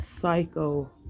psycho